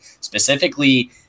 specifically